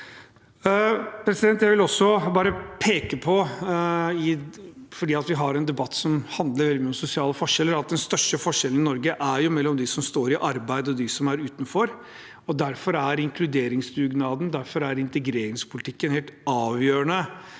Jeg vil også peke på – fordi vi har en debatt som handler veldig mye om sosiale forskjeller – at den største forskjellen i Norge er mellom dem som står i arbeid, og dem som er utenfor. Derfor er inkluderingsdugnaden, og derfor er integreringspolitikken, helt avgjørende